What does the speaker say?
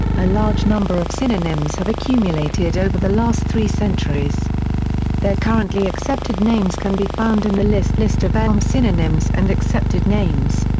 a large number of synonyms have accumulated over the last three centuries their currently accepted names can be found in the list list of elm synonyms and accepted names.